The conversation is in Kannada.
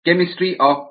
ಕೆಮ್